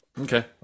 Okay